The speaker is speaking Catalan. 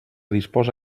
disposa